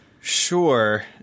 Sure